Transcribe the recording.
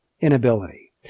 inability